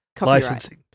licensing